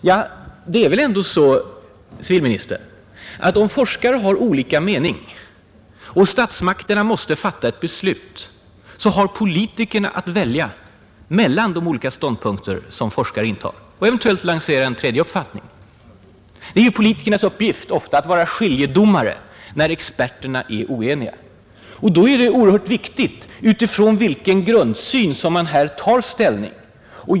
Men det är väl ändå så, att om forskare har olika mening och statsmakterna måste fatta ett beslut, har politikerna att välja mellan de olika ståndpunkter som forskarna intar och eventuellt lansera en tredje uppfattning. Det är ju ofta politikernas uppgift att vara skiljedomare när experterna är oeniga. Och då är det oerhört viktigt från vilken grundsyn som man tar ställning.